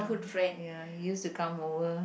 ah ya he used to come over